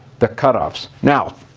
the cut-offs. now,